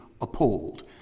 appalled